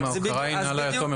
אם ההוקרה הינה ליתום,